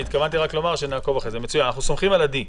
זה לא עניין לתקשורת, זה עניין אמיתי.